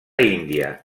índia